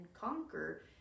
conquer